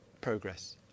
progress